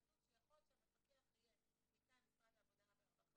כתוב שהמפקח יהיה מטעם משרד העבודה והרווחה